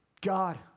God